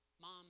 mom